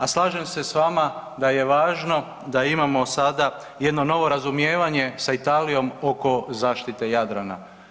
A slažem se s vama da je važno da imamo sada jedno novo razumijevanje sa Italijom oko zaštite Jadrana.